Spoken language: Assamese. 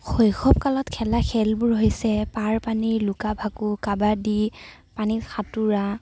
শৈশৱ কালত খেলা খেলবোৰ হৈছে পাৰ পানী লুকা ভাকু কাবাডী পানীত সাতোঁৰা